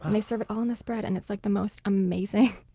and they serve it all in this bread, and it's like the most amazing,